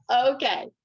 Okay